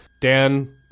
Dan